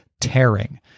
tearing